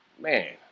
man